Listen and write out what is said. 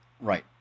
Right